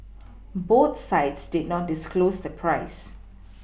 both sides did not disclose the price